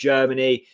Germany